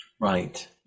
Right